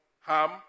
Ham